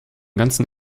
ganzen